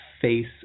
face